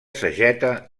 sageta